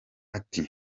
ati